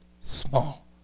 Small